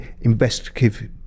investigative